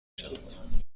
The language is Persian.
شود